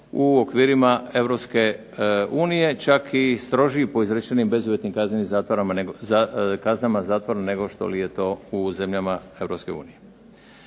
unije čak i strožiji po izrečenim bezuvjetnim kaznama zatvora negoli je to u zemljama